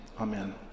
Amen